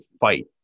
fight